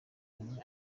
yabonye